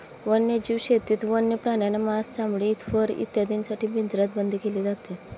वन्यजीव शेतीत वन्य प्राण्यांना मांस, चामडे, फर इत्यादींसाठी पिंजऱ्यात बंद केले जाते